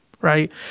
right